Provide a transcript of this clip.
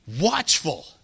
watchful